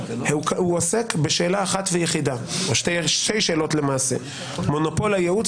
הוא עוסק בשתי שאלות: מונופול הייעוץ